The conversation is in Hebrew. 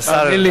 השר ארדן.